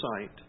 sight